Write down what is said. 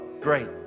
great